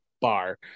bar